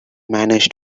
managed